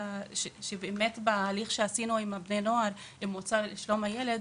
עשינו הליך עם בני נוער והמועצה לשלום הילד